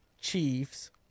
Chiefs